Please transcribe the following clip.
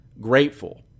grateful